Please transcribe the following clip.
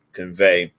convey